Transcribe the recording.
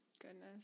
Goodness